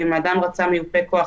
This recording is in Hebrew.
ואם האדם רצה מיופה כוח,